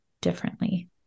differently